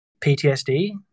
PTSD